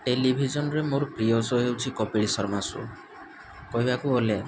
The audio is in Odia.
ଟେଲିଭିଜନ୍ରେ ମୋର ପ୍ରିୟ ଶୋ ହୋଉଛି କପିଲ୍ ଶର୍ମା ଶୋ କହିବାକୁ ଗଲେ